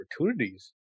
opportunities